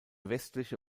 westliche